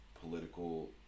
political